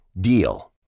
DEAL